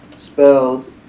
spells